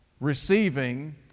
receiving